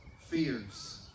fears